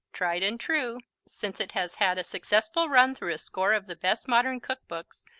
tried and true, since it has had a successful run through a score of the best modern cookbooks,